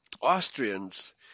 Austrians